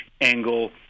angle